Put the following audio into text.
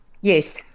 Yes